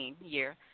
year